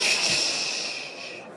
לסעיף 3 לא נתקבלה.